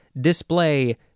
display